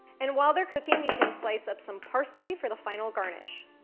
and while they're cooking, you can slice up some parsley for the final garnish.